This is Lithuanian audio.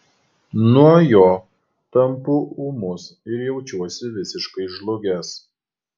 nuo jo tampu ūmus ir jaučiuosi visiškai žlugęs